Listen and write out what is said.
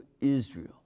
Israel